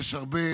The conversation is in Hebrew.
יש הרבה